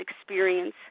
experience